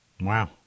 Wow